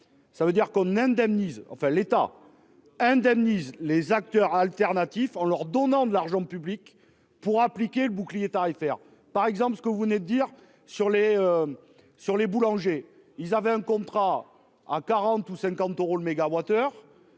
enfin l'État indemnise les acteurs alternatifs en leur donnant de l'argent public pour appliquer le bouclier tarifaire par exemple ce que vous venez dire sur les. Sur les boulangers. Il avait un contrat à 40 ou 50 euros le mégawattheure.